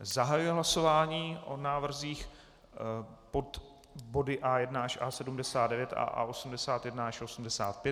Zahajuji hlasování o návrzích pod body A1 až A79 a A81 až A85.